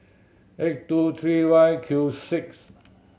eight two three Y Q six